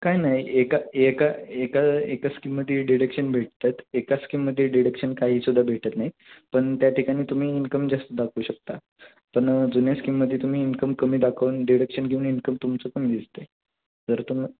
काय नाही एका एका एका एका स्कीममध्ये डिडक्शन भेटतात एका स्कीममध्ये डिडक्शन काही सुद्धा भेटत नाही पण त्या ठिकाणी तुम्ही इन्कम जास्त दाखवू शकता पण जुन्या स्कीममध्ये तुम्ही इन्कम कमी दाखवून डिडक्शन घेऊन इन्कम तुमचं कमी दिसत आहे जर तुम्हा